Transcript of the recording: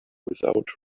without